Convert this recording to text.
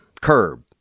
curb